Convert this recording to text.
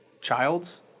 Childs